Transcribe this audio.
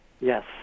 Yes